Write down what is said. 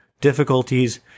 difficulties